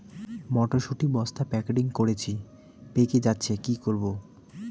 মটর শুটি বস্তা প্যাকেটিং করেছি পেকে যাচ্ছে কি করব?